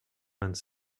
vingt